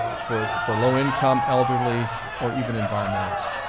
ah for for low income, elderly or even environmentalists.